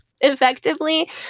effectively